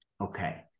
Okay